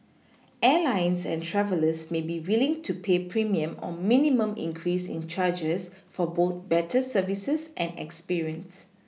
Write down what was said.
Airlines and travellers may be willing to pay premium or minimum increase in charges for both better services and experience